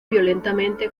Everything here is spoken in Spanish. violentamente